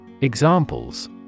Examples